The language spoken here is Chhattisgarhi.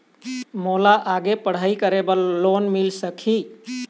मोला आगे पढ़ई करे बर लोन मिल सकही?